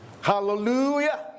Hallelujah